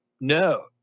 no